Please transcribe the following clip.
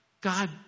God